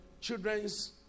children's